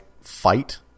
fight